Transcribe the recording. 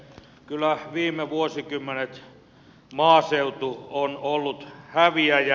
kyllä viime vuosikymmenet maaseutu on ollut häviäjä